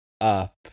up